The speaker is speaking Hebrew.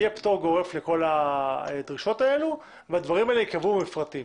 יהיה פטור גורף לכל הדרישות האלו והדברים האלו ייקבעו במפרטים.